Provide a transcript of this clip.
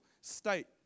state